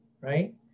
right